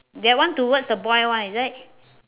that one towards the boy one is it